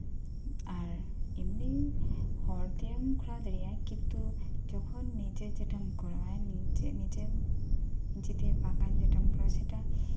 ᱟᱨ ᱮᱢᱱᱤ ᱦᱚᱲ ᱫᱤᱭᱮᱢ ᱠᱚᱨᱟᱣ ᱫᱟᱲᱮᱭᱟᱜᱼᱟ ᱠᱤᱱᱛᱩ ᱱᱤᱡᱮ ᱡᱮᱴᱟᱢ ᱠᱚᱨᱟᱣᱟ ᱡᱚᱠᱷᱚᱱ ᱱᱤᱡᱮ ᱡᱩᱫᱤᱢ ᱠᱚᱨᱟᱣᱟ ᱥᱮᱴᱟ